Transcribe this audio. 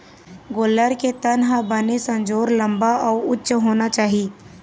गोल्लर के तन ह बने संजोर, लंबा अउ उच्च होना चाही